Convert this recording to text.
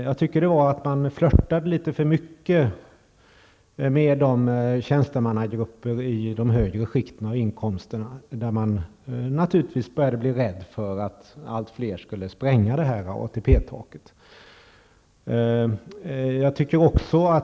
Jag tycker att man flirtade litet för mycket med tjänstemannagrupperna i de högre inkomstskikten, där man naturligtvis började bli rädd för att allt fler skulle spränga ATP-taket.